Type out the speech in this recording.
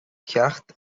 ceacht